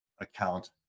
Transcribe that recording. account